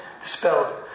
dispelled